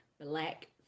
black